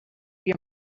your